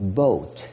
boat